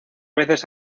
veces